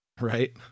Right